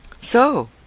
So